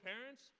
parents